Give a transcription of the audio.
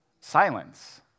silence